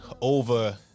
over